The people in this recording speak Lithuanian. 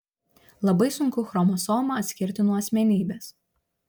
labai sunku chromosomą atskirti nuo asmenybės